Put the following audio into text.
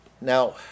Now